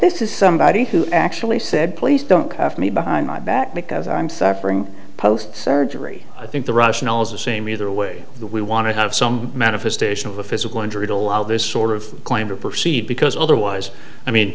this is somebody who actually said please don't cuff me behind my back because i'm suffering post surgery i think the russian oil is the same either way that we want to have some manifestation of a physical injury to allow this sort of claim to proceed because otherwise i mean